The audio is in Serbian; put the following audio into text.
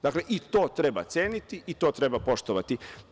Dakle, i to treba ceniti i to treba poštovati.